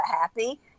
happy